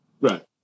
Right